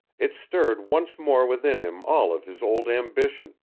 it stirred once more within him all of his old ambition,